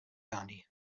gandhi